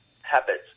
habits